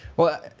well,